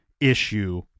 issue